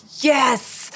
yes